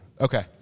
Okay